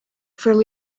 from